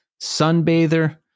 Sunbather